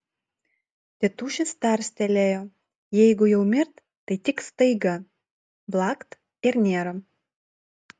tėtušis tarstelėjo jeigu jau mirt tai tik staiga blakt ir nėra